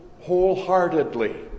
wholeheartedly